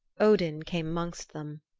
odin came amongst them.